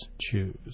choose